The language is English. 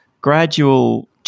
gradual –